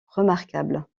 remarquable